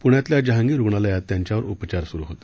प्ण्यातल्या जहांगीर रुग्णालयात त्यांच्यावर उपचार स्रु होते